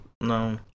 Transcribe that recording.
No